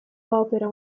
opera